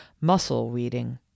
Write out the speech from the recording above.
muscle-reading